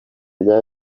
rya